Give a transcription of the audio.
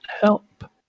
help